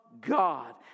God